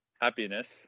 happiness